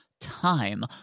time